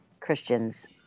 christian's